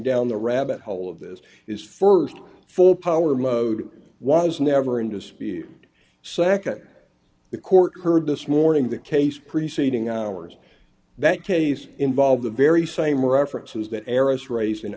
down the rabbit hole of this is st full power modem was never into speed sacca the court heard this morning the case preceding ours that case involved the very same references that eris raised in